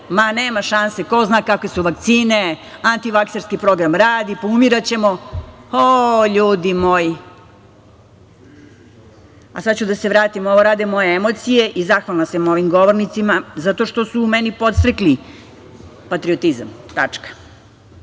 ma, nema šanse, ko zna kakve su vakcine, antivakserski program radi, poumiraćemo. O, ljudi moji. Sada ću da se vratim, ovo rade moje emocije, i zahvalna sam mojim govornicima, zato što su u meni podstakli patriotizam. Što